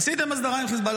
עשיתם הסדר עם חיזבאללה.